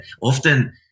Often